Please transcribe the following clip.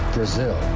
Brazil